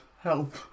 help